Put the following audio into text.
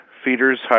Feeders